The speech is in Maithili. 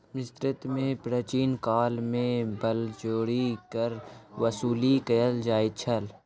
मिस्र में प्राचीन काल में बलजोरी कर वसूली कयल जाइत छल